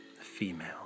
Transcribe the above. female